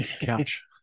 couch